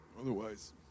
Otherwise